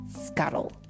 Scuttle